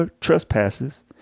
trespasses